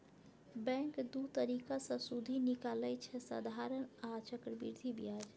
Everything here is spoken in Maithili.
बैंक दु तरीका सँ सुदि निकालय छै साधारण आ चक्रबृद्धि ब्याज